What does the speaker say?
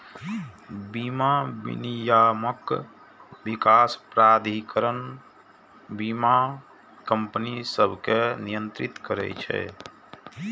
बीमा विनियामक विकास प्राधिकरण बीमा कंपनी सभकें नियंत्रित करै छै